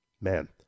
Man